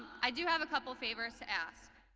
i do have a couple favors to ask.